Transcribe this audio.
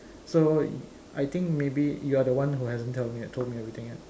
so I think maybe you're the one who hasn't tell me told me everything yet